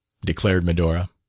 declared medora.